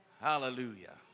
Hallelujah